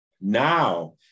now